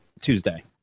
Tuesday